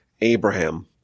Abraham